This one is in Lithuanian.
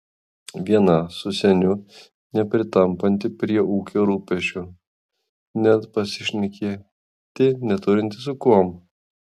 viena su seniu nepritampanti prie ūkio rūpesčių net pasišnekėti neturinti su kuom